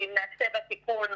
שאם נעשה בה תיקון,